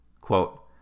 Quote